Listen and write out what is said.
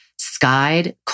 skied